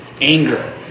anger